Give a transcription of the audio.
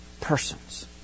persons